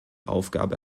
aufgabe